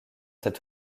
cet